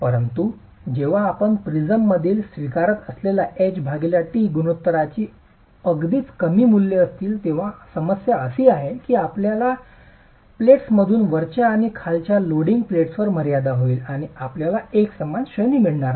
परंतु जेव्हा आपण प्रिझमसाठी स्वीकारत असलेल्या h t गुणोत्तरांची अगदीच कमी मूल्ये असतील तेव्हा समस्या असा आहे की आपल्या प्लेट्समधून वरच्या आणि खालच्या लोडिंग प्लेट्सवर मर्यादा येईल आणि आपल्याला एकसमान श्रेणी मिळणार नाही